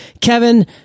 Kevin